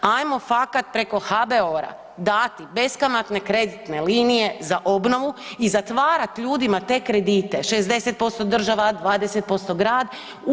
Hajmo fakat preko HBOR-a dati beskamatne kreditne linije za obnovu i zatvarat ljudima te kredite 60% država, 20% grad.